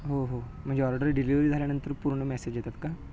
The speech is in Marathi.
हो हो म्हणजे ऑर्डर डिलिव्हरी झाल्यानंतर पूर्ण मेसेज येतात का